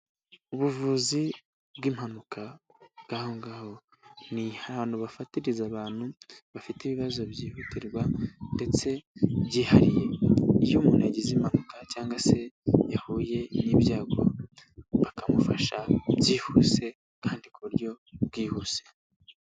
Ubuvuzi bw'impanuka bw'aho ngaho, ni ahantu bafatiriza abantu bafite ibibazo byihutirwa ndetse byihariye, iyo umuntu yagize impanuka cyangwa se yahuye n'ibyago bakamufasha byihuse kandi ku buryo bwihuse.